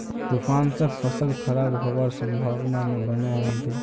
तूफान से फसल खराब होबार संभावना बनो होबे?